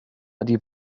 ydy